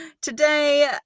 today